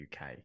UK